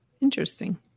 interesting